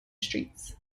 streets